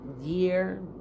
year